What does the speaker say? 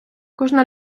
кожна